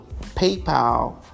PayPal